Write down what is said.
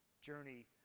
journey